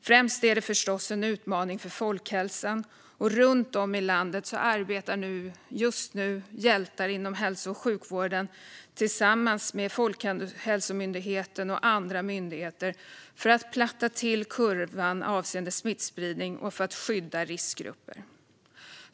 Främst är det förstås en utmaning för folkhälsan. Runt om i landet arbetar just nu hjältar inom hälso och sjukvården tillsammans med Folkhälsomyndigheten och andra myndigheter för att platta till kurvan avseende smittspridning och för att skydda riskgrupper.